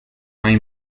hay